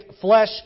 flesh